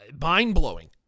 mind-blowing